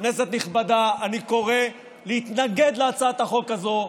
כנסת נכבדה, אני קורא להתנגד להצעת החוק הזאת.